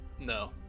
No